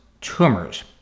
tumors